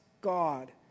God